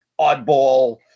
oddball